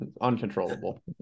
uncontrollable